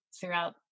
throughout